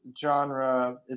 genre